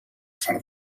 far